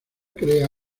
crea